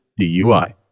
DUI